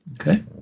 Okay